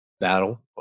battle